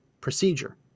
procedure